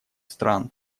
стран